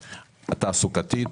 התעסוקתית,